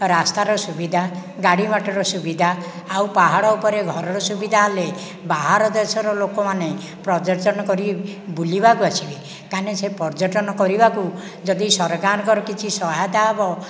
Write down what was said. ରାସ୍ତାର ସୁବିଧା ଗାଡ଼ି ମୋଟର ସୁବିଧା ଆଉ ପାହାଡ଼ ଉପରେ ଘରର ସୁବିଧା ହେଲେ ବାହାର ଦେଶର ଲୋକମାନେ ପର୍ଯ୍ୟଟନ କରି ବୁଲିବାକୁ ଆସିବେ ତାନେ ସେ ପର୍ଯ୍ୟଟନ କରିବାକୁ ଯଦି ସରକାରଙ୍କର କିଛି ସହାୟତା ହେବ